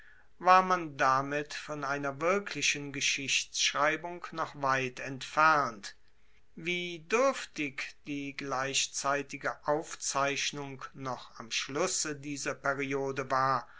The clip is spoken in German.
war man damit von einer wirklichen geschichtschreibung noch weit entfernt wie duerftig die gleichzeitige aufzeichnung noch am schlusse dieser periode war